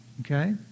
Okay